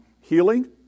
healing